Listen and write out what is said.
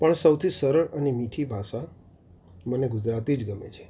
પણ સૌથી સરળ અને મીઠી ભાષા મને ગુજરાતી જ ગમે છે